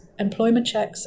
employmentchecks